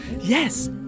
yes